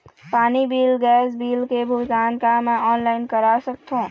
पानी bill gas bill के भुगतान का मैं ऑनलाइन करा सकथों?